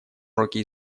уроки